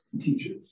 teachers